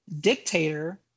dictator